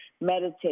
meditate